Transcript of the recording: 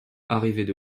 arrivaient